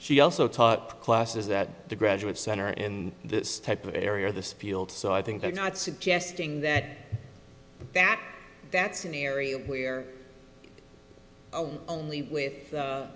she also taught classes that the graduate center in this type of area this field so i think they're not suggesting that that that's an area where only with